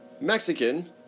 Mexican